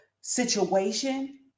situation